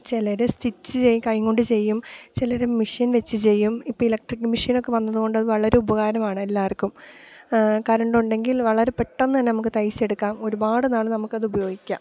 ചിലര് സ്റ്റിച്ച് കൈകൊണ്ടു ചെയ്യും ചിലര് മിഷ്യൻ വച്ചു ചെയ്യും ഇപ്പോള് ഇലക്ട്രിക് മെഷീനൊക്കെ വന്നതു കൊണ്ടതു വളരെ ഉപകാരമാണ് എല്ലാവർക്കും കരണ്ടുണ്ടെങ്കിൽ വളരെ പെട്ടെന്നുതന്നെ നമുക്കു തയ്ച്ചെടുക്കാം ഒരുപാട് നാള് നമുക്കതുപയോഗിക്കാം